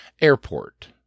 airport